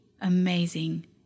amazing